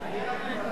אני רק אברך.